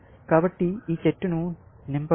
కాబట్టి ఈ చెట్టును నింపండి